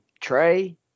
trey